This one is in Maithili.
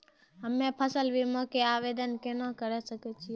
हम्मे फसल बीमा के आवदेन केना करे सकय छियै?